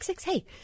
Hey